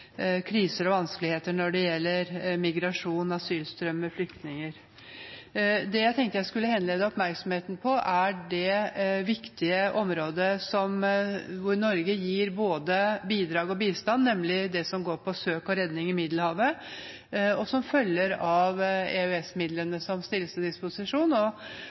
kriser og vanskeligheter når det gjelder migrasjon, asylstrøm med flyktninger. Det jeg tenkte jeg skulle henlede oppmerksomheten på, er det viktige området hvor Norge gir både bidrag og bistand, nemlig søk og redning i Middelhavet, og som følger av EØS-midlene som stilles til disposisjon.